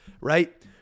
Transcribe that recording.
right